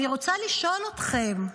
אני רוצה לשאול אתכם: